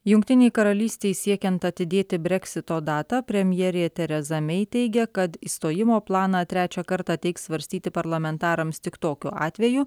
jungtinei karalystei siekiant atidėti breksito datą premjerė tereza mei teigia kad išstojimo planą trečią kartą teiks svarstyti parlamentarams tik tokiu atveju